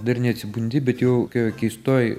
dar neatsibundi bet jau kokioj keistoj